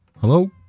Hello